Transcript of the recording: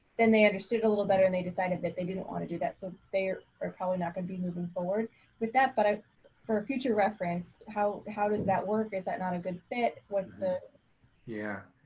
then they understood it a little better and they decided that they didn't wanna do that. so there are probably not gonna be moving forward with that, but for future reference, how how does that work? is that not a good fit? what's the yeah.